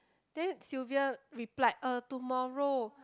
then Sylvia replied uh tomorrow